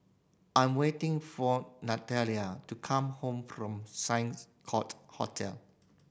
I'm waiting for to come home from Court Hotel